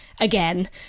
again